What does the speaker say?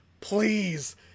please